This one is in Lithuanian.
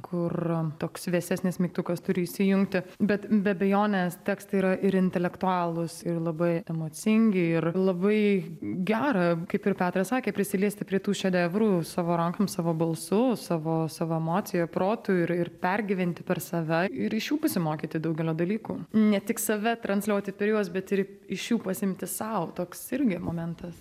kur toks vėsesnis mygtukas turi įsijungti bet be abejonės tekstai yra ir intelektualūs ir labai emocingi ir labai gera kaip ir petras sakė prisiliesti prie tų šedevrų savo rankom savo balsu savo savo emocija protu ir ir pergyventi per save ir iš jų pasimokyti daugelio dalykų ne tik save transliuoti per juos bet ir iš jų pasiimti sau toks irgi momentas